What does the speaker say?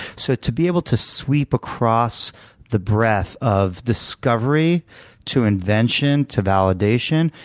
so, to be able to sweep across the breadth of discovery to invention to validation,